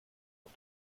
auf